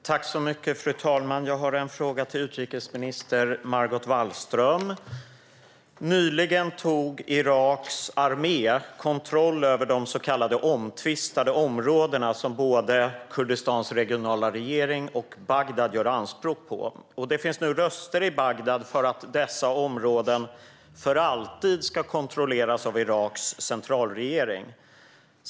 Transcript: Fru talman! Jag har en fråga till utrikesminister Margot Wallström. Nyligen tog Iraks armé kontroll över de så kallade omtvistade områdena, som både Kurdistans regionala regering och Bagdad gör anspråk på. Det finns nu röster i Bagdad för att dessa områden för alltid ska kontrolleras av Iraks centralregering.